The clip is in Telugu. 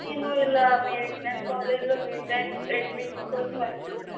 నేను ఇలా మీ విఙ్ఞాన్ కాలేజీలో బీటెక్ అడ్మిషన్ కోసం వచ్చాను మ్యాడం